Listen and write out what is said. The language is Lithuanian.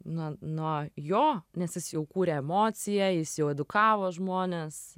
na nuo jo nes jis jau kūrė emociją jis jau edukavo žmones